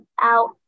out